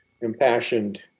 impassioned